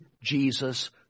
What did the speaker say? Jesus